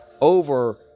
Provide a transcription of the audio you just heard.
over